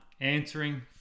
answering